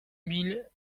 mille